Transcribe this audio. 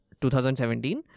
2017